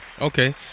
okay